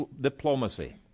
diplomacy